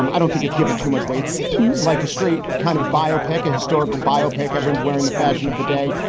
um i don't think it's giving too much away. it seems like a straight kind of biopic and historical biopic. everyone's wearing the fashion of the day.